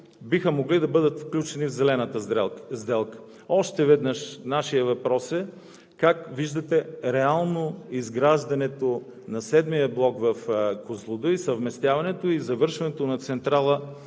биха могли да бъдат включени в Зелената сделка. Още веднъж, нашият въпрос е: как виждате реално изграждането на VІІ блок в „Козлодуй“, съвместяването и завършването на централа